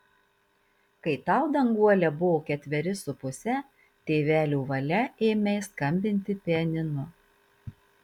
kai tau danguole buvo ketveri su puse tėvelių valia ėmei skambinti pianinu